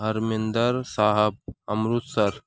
Harminder Sahib Amritsar